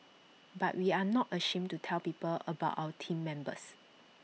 but we are not ashamed to tell people about our Team Members